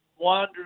wander